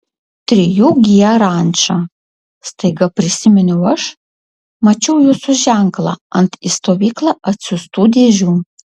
trijų g ranča staiga prisiminiau aš mačiau jūsų ženklą ant į stovyklą atsiųstų dėžių